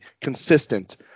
consistent